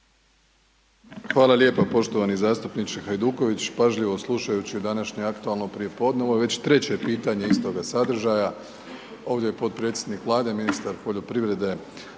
Hvala lijepo poštovani zastupniče Hajduković. Pažljivo slušajući današnje aktualno prijepodne, ovo je već treće pitanje istoga sadržaja, ovdje je potpredsjednik Vlade, ministar poljoprivrede